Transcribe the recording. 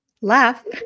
Laugh